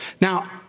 Now